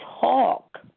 talk